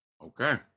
Okay